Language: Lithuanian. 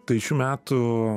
tai šių metų